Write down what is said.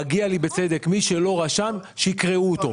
מגיע לי בצדק, מי שלא רשם ש"יקרעו" אותו.